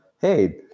hey